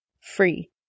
free